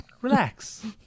Relax